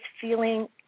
feeling